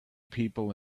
people